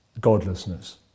godlessness